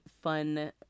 fun